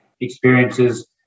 experiences